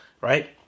right